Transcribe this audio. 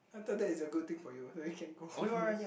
I thought that is a good thing for you you can go home